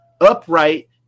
upright